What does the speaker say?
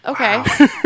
Okay